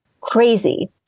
crazy